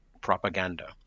propaganda